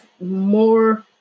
more